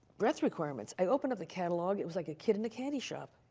breadth requirements. i opened up the catalog. it was like a kid in a candy shop.